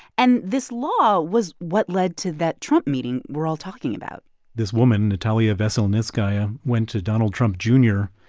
and this law was what led to that trump meeting we're all talking about this woman, natalia veselnitskaya, went to donald trump jr.